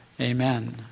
Amen